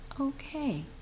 okay